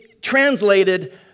translated